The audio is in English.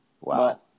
Wow